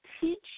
teach